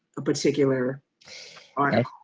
a particular article?